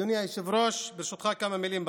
אדוני היושב-ראש, ברשותך, כמה מילים בערבית.